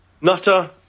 Nutter